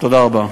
תודה רבה.